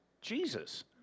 Jesus